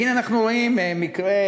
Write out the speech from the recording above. והנה אנחנו רואים מקרה